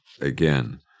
again